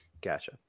gotcha